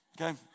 Okay